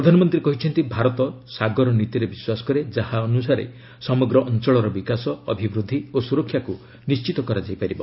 ପ୍ରଧାନମନ୍ତ୍ରୀ କହିଛନ୍ତି ଭାରତ 'ସାଗର ନୀତି'ରେ ବିଶ୍ୱାସ କରେ ଯାହା ଅନୁସାରେ ସମଗ୍ର ଅଞ୍ଚଳର ବିକାଶ ଅଭିବୃଦ୍ଧି ଓ ସୁରକ୍ଷାକୁ ନିଶ୍ଚିତ କରାଯାଇ ପାରିବ